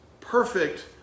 perfect